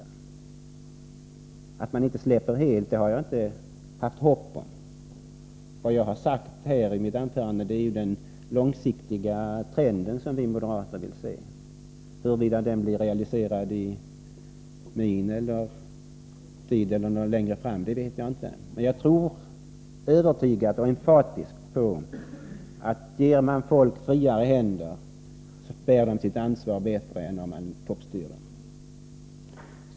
Det är klart att man inte släpper kontrollen helt — det har jag inte haft hopp om. Vad jag har sagt här i mitt anförande är att det är den långsiktiga trenden som vi moderater vill se. Huruvida den blir realiserad i min tid eller längre fram vet jag inte. Men jag är emfatiskt övertygad om att ger man folk friare händer, så tar de sitt ansvar bättre än om man toppstyr dem.